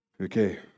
Okay